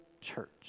church